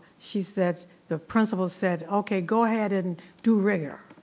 she says, the principal said, okay, go ahead and do rigor,